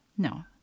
no